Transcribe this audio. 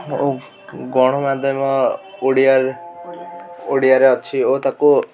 ଓ ଗଣମାଧ୍ୟମ ଓଡ଼ିଆରେ ଓଡ଼ିଆରେ ଅଛି ଓ ତାକୁ